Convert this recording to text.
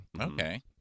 Okay